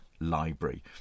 Library